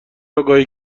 آگاهی